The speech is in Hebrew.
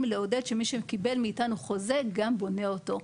לעודד שמי שקיבל מאתנו חוזה גם בונה אותו.